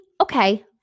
Okay